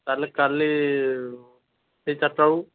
ତା' ହେଲେ କାଲି ସେଇ ଚାରିଟା ବେଳକୁ